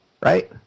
right